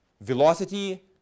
velocity